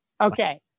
Okay